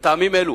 מטעמים אלה